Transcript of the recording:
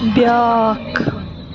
بیٛاکھ